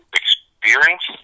experience